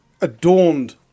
adorned